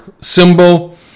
symbol